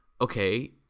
okay